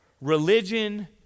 religion